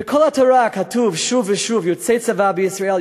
בכל התורה כתוב שוב ושוב "יוצאי צבא בישראל",